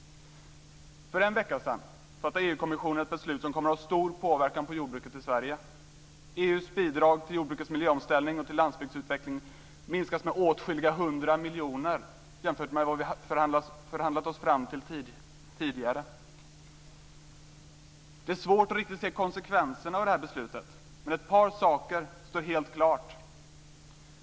För en vecka sedan fattade EU-kommissionen ett beslut som kommer att ha en stor påvekan på jordbruket i Sverige. EU:s bidrag till jordbrukets miljöomställning och till landsbygdsutveckling minskas med åtskilliga hundra miljoner jämfört med vad vi förhandlat oss fram till tidigare. Det är svårt att riktigt se konsekvenserna av det beslutet, men ett par saker står helt klart.